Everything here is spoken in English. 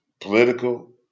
political